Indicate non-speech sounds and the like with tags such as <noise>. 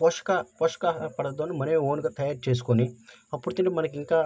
పోషకా పోషకాహార <unintelligible> మనమే ఓన్గా తయారు చేసుకొని అప్పుడు తింటే మనకు ఇంకా